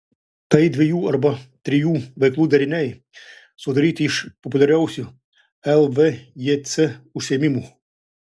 tai dviejų arba trijų veiklų deriniai sudaryti iš populiariausių lvjc užsiėmimų